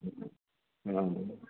हा